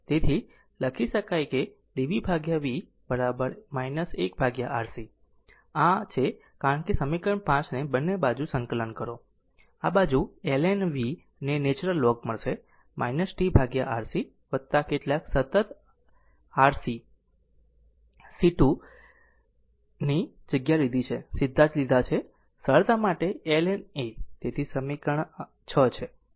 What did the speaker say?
તેથી આ એક લખી શકે છે કે dv v 1 RC આ છે કારણ કે સમીકરણ 5 ને બંને બાજુ સંકલન કરો આ બાજુ ln v નેચરલ લોગ મળશે t RC કેટલાક સતત RC 1 c 2 ની જગ્યા લીધી છે સીધા જ લીધા છે સરળતા માટે ln a તેથી આ સમીકરણ 6 છે